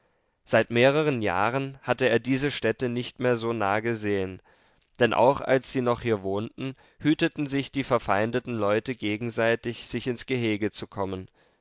seit mehreren jahren hatte er diese stätte nicht mehr so nah gesehen denn auch als sie noch hier wohnten hüteten sich die verfeindeten leute gegenseitig sich ins gehege zu kommen